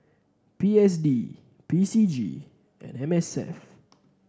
P S D P C G and M S F